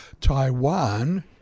Taiwan